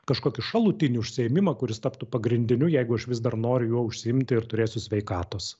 kažkokį šalutinį užsiėmimą kuris taptų pagrindiniu jeigu aš vis dar noriu juo užsiimti ir turėsiu sveikatos